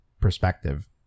perspective